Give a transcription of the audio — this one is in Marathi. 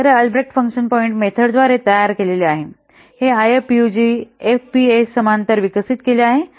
तर हे अल्ब्रेक्ट फंक्शन पॉईंट मेथडद्वारे तयार केलेले आहे हे आयएफपीयूजी एफपीएस समांतर विकसित केले आहे